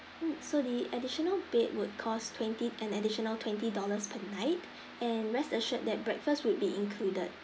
mm so the additional bed would cost twenty an additional twenty dollars per night and rest assured that breakfast would be included